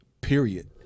period